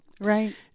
Right